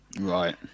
Right